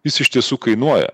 jis iš tiesų kainuoja